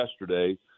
yesterday